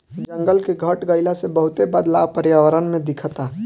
जंगल के घट गइला से बहुते बदलाव पर्यावरण में दिखता